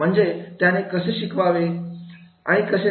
म्हणजे त्याने कसे शिकावे आणि कसे नाही